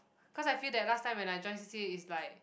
cause I feel that last time when I joined C_C_A is like